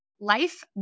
life